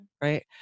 right